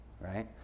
Right